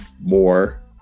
more